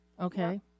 okay